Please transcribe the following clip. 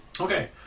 Okay